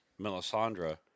Melisandre